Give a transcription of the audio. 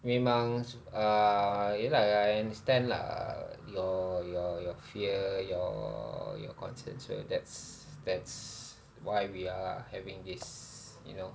memang uh ya lah I understand lah your your your fear your your concerns so that's that's why we are having this you know